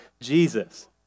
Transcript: Jesus